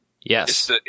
Yes